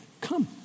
Come